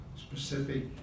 specific